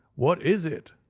what is it?